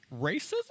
racism